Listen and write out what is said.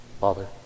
Father